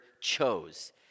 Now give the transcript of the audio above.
chose